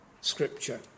scripture